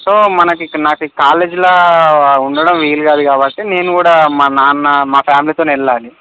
so మనకు ఇక్కడ నాకు కాలేజీలో ఉండడం వీలు కాదు కాబట్టి నేను కూడా మా నాన్న మా ఫ్యామిలీతో వెళ్ళాలి